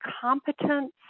competence